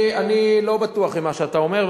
אני לא בטוח במה שאתה אומר,